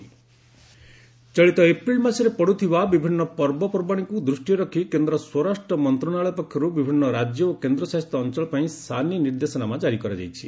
home ministry guideline ଚଳିତ April ମାସରେ ପଡ଼ୁଥିବା ବିଭିନ୍ନ ପର୍ବପର୍ବାଣୀକୁ ଦୃଷ୍ଟିରେ ରଖି କେନ୍ଦ୍ର ସ୍ୱରାଷ୍ଟ୍ର ମନ୍ତ୍ରଣାଳୟ ପକ୍ଷରୁ ବିଭିନ୍ନ ରାଜ୍ୟ ଓ କେନ୍ଦ୍ରଶାସିତ ଅଞ୍ଚଳ ପାଇଁ ସାନି ନିର୍ଦ୍ଦେଶନାମା ଜାରି କରାଯାଇଛି